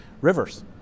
rivers